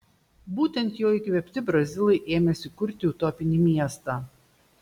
būtent jo įkvėpti brazilai ėmėsi kurti utopinį miestą